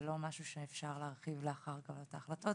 זה לא משהו שאפשר להרחיב לאחר קבלת ההחלטות.